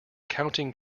counting